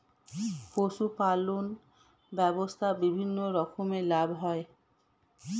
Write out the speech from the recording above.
পশুপালন ব্যবসায় বিভিন্ন রকমের লাভ হয়